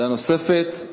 שאלה נוספת,